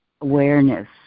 awareness